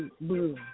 blue